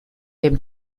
dem